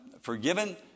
forgiven